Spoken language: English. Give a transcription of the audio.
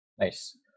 Nice